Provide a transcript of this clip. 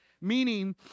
meaning